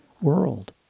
world